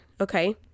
okay